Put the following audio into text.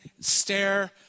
stare